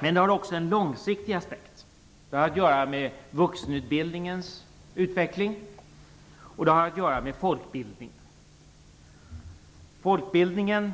Men detta har också en långsiktig aspekt. Det har att göra med vuxenutbildningens utveckling och folkbildning. Folkbildningen